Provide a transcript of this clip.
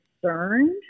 concerned